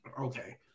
okay